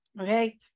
Okay